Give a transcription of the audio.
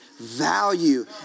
value